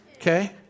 Okay